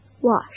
wash